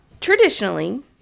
traditionally